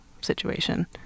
situation